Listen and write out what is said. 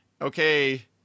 okay